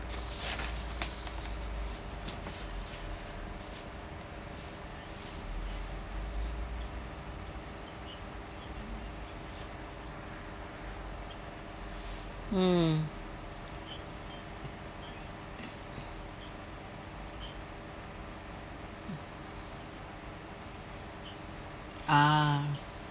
mm ah